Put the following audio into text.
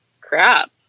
crap